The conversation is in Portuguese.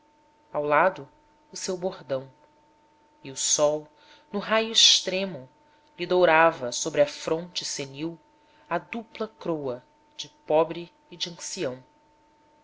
ao lado o seu bordão e o sol no raio extremo lhe dourava sobre a fronte senil a dupla croa de pobre e de ancião